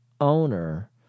owner